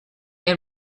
and